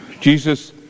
Jesus